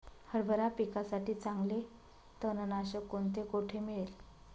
हरभरा पिकासाठी चांगले तणनाशक कोणते, कोठे मिळेल?